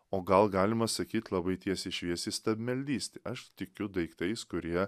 o gal galima sakyt labai tiesiai šviesiai stabmeldystė aš tikiu daiktais kurie